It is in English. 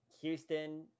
houston